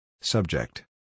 Subject